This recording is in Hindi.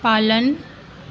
पालन